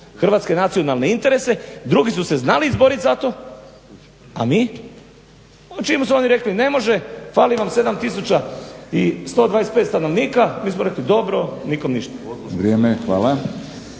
hrvatske nacionalne interese. Drugi su se znali izborit za to, a mi čim su oni rekli ne može fali vam 7 tisuća 125 stanovnika, mi smo rekli dobro. nikom ništa. **Batinić,